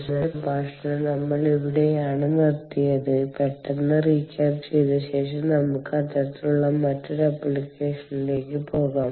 അതിനാൽ അവസാനത്തെ പ്രഭാഷണം നമ്മൾ ഇവിടെയാണ് നിർത്തിയത് പെട്ടന്ന് റീക്യാപ്പ് ചെയ്ത ശേഷം നമ്മൾക്ക് അത്തരത്തിലുള്ള മറ്റൊരു ആപ്ലിക്കേഷനിലേക്ക് പോകാം